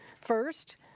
First